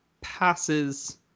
passes